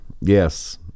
Yes